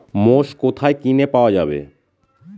মোষ কোথায় কিনে পাওয়া যাবে?